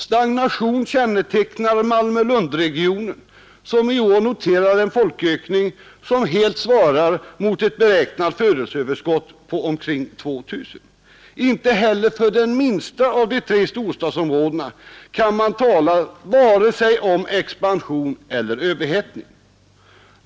Stagnation kännetecknar Malmö-Lundregionen, som i år noterar en folkökning som helt svarar mot ett beräknat födelseöverskott på omkring 2 000. Inte heller för det minsta av de tre storstadsområdena kan man tala om vare sig expansion eller överhettning.